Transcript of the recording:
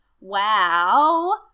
wow